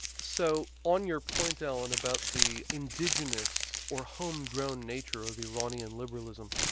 so on your point alan, about the indigenous or home-grown nature of iranian liberalism,